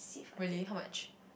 really how much